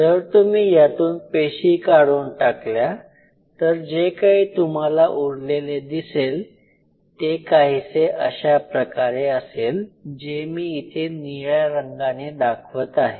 जर तुम्ही यातून पेशी काढून टाकल्या तर जे काही तुम्हाला उरलेले दिसेल ते काहीसे अशाप्रकारे असेल जे मी इथे निळ्या रंगाने दाखवत आहे